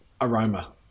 aroma